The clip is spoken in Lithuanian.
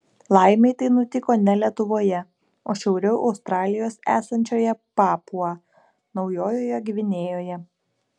laimei tai nutiko ne lietuvoje o šiauriau australijos esančioje papua naujojoje gvinėjoje